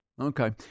okay